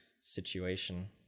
situation